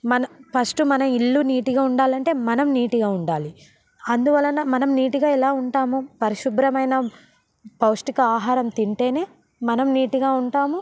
మన ఫస్టు మన ఇల్లు నీట్గా ఉండాలంటే మనం నీట్గా ఉండాలి అందువలన మనం నీట్గా ఎలా ఉంటాము పరిశుభ్రమయిన పౌష్టికాహారం తింటేనే మనం నీట్గా ఉంటాము